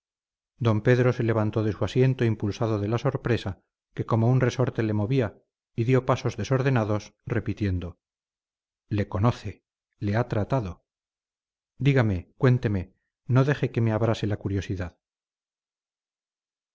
d pedro se levantó de su asiento impulsado de la sorpresa que como un resorte le movía y dio pasos desordenados repitiendo le conoce le ha tratado dígame cuénteme no deje que me abrase la curiosidad